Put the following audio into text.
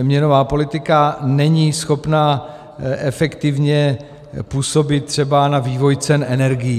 Měnová politika není schopna efektivně působit třeba na vývoj cen energií.